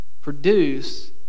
produce